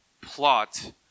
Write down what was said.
plot